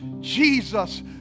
Jesus